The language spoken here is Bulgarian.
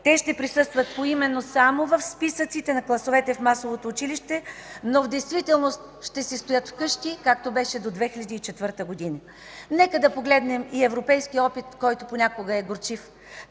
Те ще присъстват поименно само в списъците на класовете в масовото училище, но в действителност ще си стоят в къщи, както беше до 2004 г. Нека да погледнем и европейския опит, който понякога е горчив.